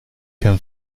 can